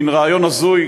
מין רעיון הזוי,